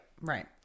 right